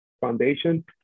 foundation